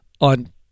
on